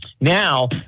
Now